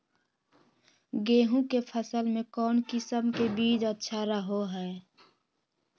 गेहूँ के फसल में कौन किसम के बीज अच्छा रहो हय?